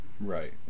Right